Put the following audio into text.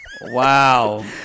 Wow